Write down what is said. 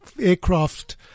aircraft